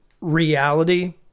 reality